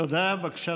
תודה.